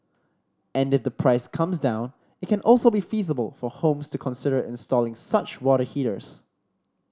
and if the price comes down it can also be feasible for homes to consider installing such water heaters